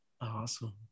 Awesome